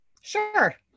Sure